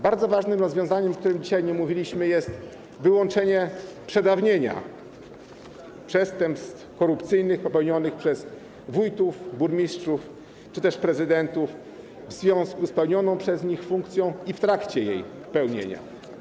Bardzo ważnym rozwiązaniem, o którym dzisiaj nie mówiliśmy, jest wyłączenie przedawnienia przestępstw korupcyjnych popełnionych przez wójtów, burmistrzów czy też prezydentów w związku z pełnioną przez nich funkcją i w trakcie jej pełnienia.